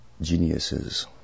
geniuses